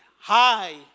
high